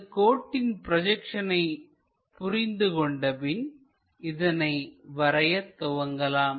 இந்த கோட்டின் ப்ரொஜெக்ஷனை புரிந்து கொண்ட பின் இதனை வரையத் துவங்கலாம்